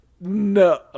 No